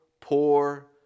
poor